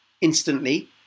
instantly